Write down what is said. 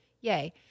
Yay